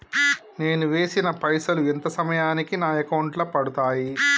నేను వేసిన పైసలు ఎంత సమయానికి నా అకౌంట్ లో పడతాయి?